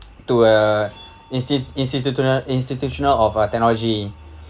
to a insti~ institutional institutional of uh technology